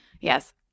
Yes